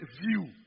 view